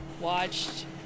Watched